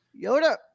Yoda